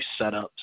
setups